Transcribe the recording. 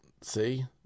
See